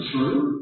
True